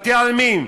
בתי-עלמין,